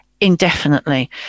indefinitely